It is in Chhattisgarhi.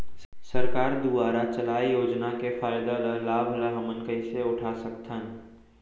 सरकार दुवारा चलाये योजना के फायदा ल लाभ ल हमन कइसे उठा सकथन?